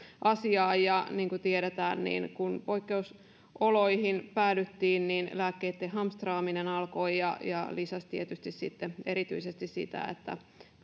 asiaan ja niin kuin tiedetään niin kun poikkeusoloihin päädyttiin niin lääkkeitten hamstraaminen alkoi ja ja se lisäsi tietysti sitten erityisesti sitä että